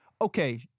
okay